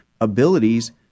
abilities